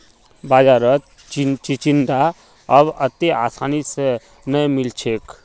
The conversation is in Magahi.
बाजारत चिचिण्डा अब अत्ते आसानी स नइ मिल छेक